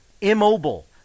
Immobile